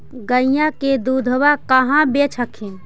गईया के दूधबा कहा बेच हखिन?